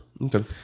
Okay